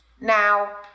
Now